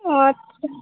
ও আচ্ছা